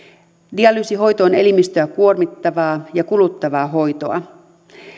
dialyysihoito on elimistöä kuormittavaa ja kuluttavaa hoitoa